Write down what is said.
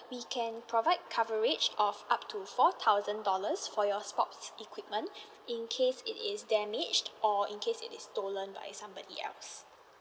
we can provide coverage of up to four thousand dollars for your sports equipment in case it is damaged or in case it is stolen by somebody else